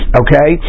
okay